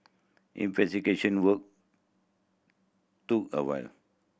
investigation work took a while